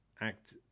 act